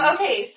Okay